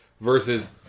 Versus